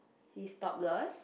he's topless